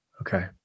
Okay